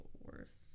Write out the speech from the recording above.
worth